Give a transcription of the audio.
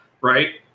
right